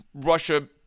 russia